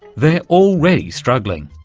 they're already struggling.